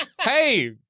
Hey